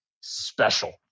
special